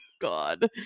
God